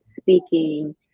speaking